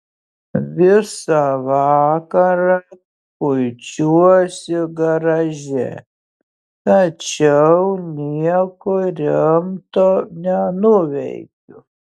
visą vakarą kuičiuosi garaže tačiau nieko rimto nenuveikiu